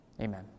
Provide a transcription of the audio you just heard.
Amen